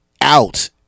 out